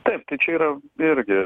taip tai čia yra irgi